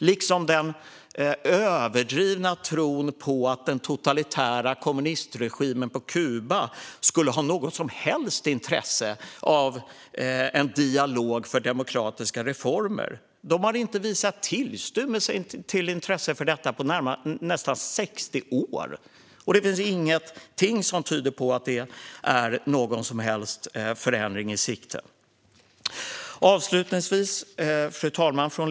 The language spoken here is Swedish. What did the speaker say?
Detsamma gäller den överdrivna tron på att den totalitära kommunistregimen på Kuba skulle ha något som helst intresse av en dialog för demokratiska reformer. Den har inte visat tillstymmelse till intresse för detta på nästan 60 år, och inget tyder på att det är någon som helst förändring i sikte. Fru talman!